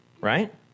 right